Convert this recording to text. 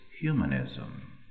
humanism